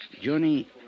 Johnny